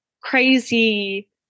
crazy